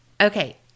Okay